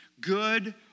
good